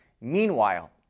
Meanwhile